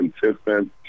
consistent